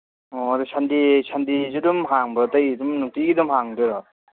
ꯑꯣ ꯁꯟꯗꯦ ꯁꯟꯗꯦꯁꯤ ꯑꯗꯨꯝ ꯍꯥꯡꯕ꯭ꯔꯥ ꯑꯇꯩ ꯑꯗꯨꯝ ꯅꯨꯡꯇꯤꯒꯤ ꯑꯗꯨꯝ ꯍꯥꯡꯗꯣꯏꯔꯣ